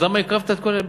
אז למה הקרבת את כל בניך?